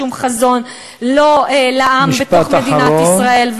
שום חזון, לא לעם בתוך מדינת ישראל, משפט אחרון.